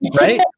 right